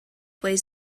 weighs